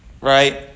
right